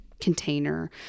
container